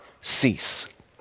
cease